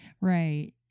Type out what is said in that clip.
Right